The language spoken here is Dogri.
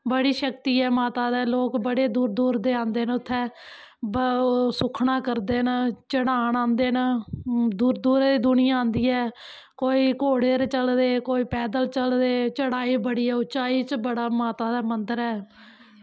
बड़ी शक्ति ऐ बड़े दूर दूर लोग आंदे नै सुक्खनां करदे न चढ़ान आंदे नै दूरे दूरे दी दुनियां आंदी ऐ कोई घोड़े पर चला दे कोई पैद्दल चला दे उचांई च बड़ा माता दा मन्दर ऐ